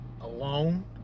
alone